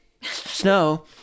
snow